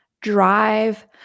drive